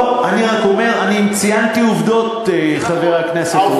לא, אני רק אומר, ציינתי עובדות, חבר הכנסת רובי.